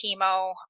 chemo